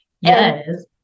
Yes